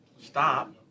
stop